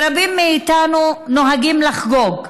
שרבים מאיתנו נוהגים לחגוג,